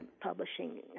publishing